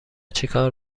چیکار